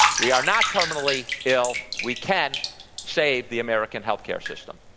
we are not terminally ill. we can save the american healthcare system.